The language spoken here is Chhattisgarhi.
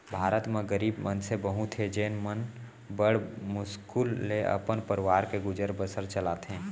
भारत म गरीब मनसे बहुत हें जेन मन बड़ मुस्कुल ले अपन परवार के गुजर बसर चलाथें